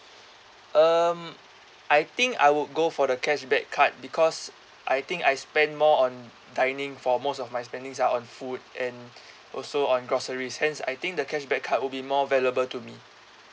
um I think I would go for the cashback card because I think I spend more on dining for most of my spending are on food and also on groceries hence I think the cashback card will be more valuable to me